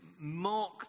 mark